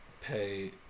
pay